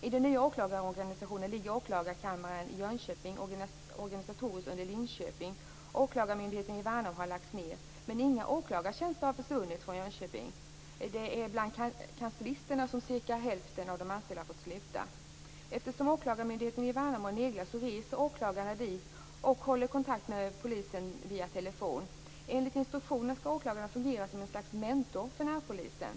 I den nya åklagarorganisationen ligger åklagarkammaren i Jönköping organisatoriskt under Linköping. Åklagarmyndigheten i Värnamo har lagts ned, men inga åklagartjänster har försvunnit från Jönköping. Av kanslisterna har dock cirka hälften fått sluta. Eftersom åklagarmyndigheten i Värnamo är nedlagd reser åklagarna dit och håller kontakt med polisen via telefon. Enligt instruktionen skall åklagarna fungera som ett slags mentor för närpolisen.